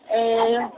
ए